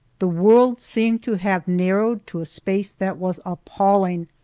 the world seemed to have narrowed to a space that was appalling!